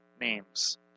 names